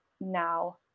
now